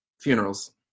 Funerals